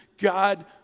God